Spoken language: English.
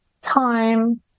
time